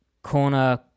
corner